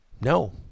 no